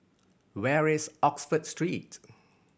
where is Oxford Street